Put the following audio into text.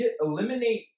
eliminate